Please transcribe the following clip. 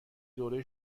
دوره